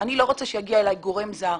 רוצה שיגיע אלי גורם זר